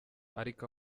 ariko